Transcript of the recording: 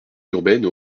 urbaine